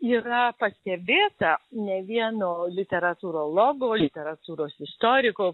yra pastebėta ne vieno literatūrologo literatūros istoriko